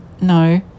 no